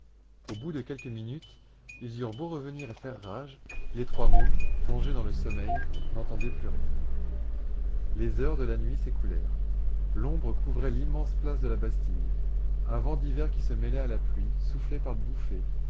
au bout de quelques minutes ils eurent beau revenir et faire rage les trois mômes plongés dans le sommeil n'entendaient plus rien les heures de la nuit s'écoulèrent l'ombre couvrait l'immense place de la bastille un vent d'hiver qui se mêlait à la pluie soufflait par bouffées